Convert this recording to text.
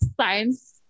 science